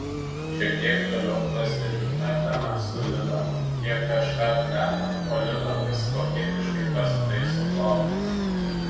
šiek tiek toliau pastebiu etaną su lila jie kažką plepa o lila vis koketiškai pasitaiso plaukus